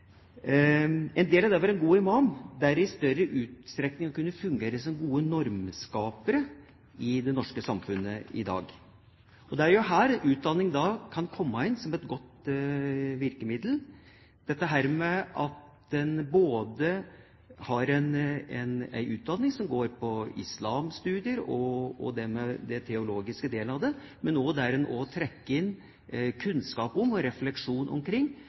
er i større utstrekning å kunne fungere som gode normskapere i det norske samfunnet i dag. Det er jo her utdanning kan komme inn som et godt virkemiddel, at en har en utdanning som går på islamstudier og den teologiske delen av det, men også trekker inn kunnskap om og refleksjon omkring